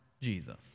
Jesus